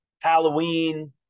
Halloween